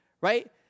right